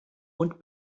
und